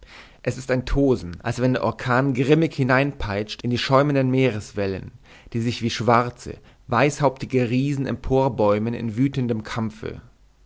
es ist ein tosen als wenn der orkan grimmig hineinpeitscht in die schäumenden meereswellen die sich wie schwarze weißhauptige riesen emporbäumen in wütendem kampfe